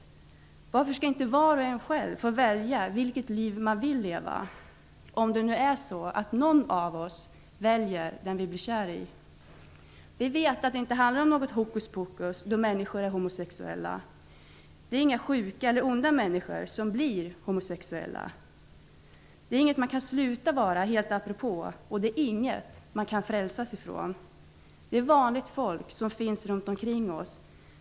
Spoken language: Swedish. Varför skall inte var och en själv få välja vilket liv man vill leva, om det nu är så att någon av oss väljer den vi blir kär i? Vi vet att det inte handlar om hokus pokus då människor är homosexuella. Det är inte sjuka eller onda människor som blir homosexuella. Det är inte något man kan sluta att vara helt apropå, och det är inte något som man kan frälsas ifrån. Det är vanligt folk som finns runt omkring oss.